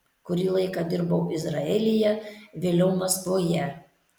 kurį laiką dirbau izraelyje vėliau maskvoje